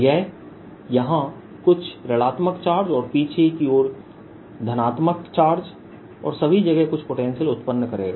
यह यहाँ कुछ ऋणात्मक चार्ज और पीछे की ओर धनात्मक चार्ज और सभी जगह कुछ पोटेंशियल उत्पन्न करेगा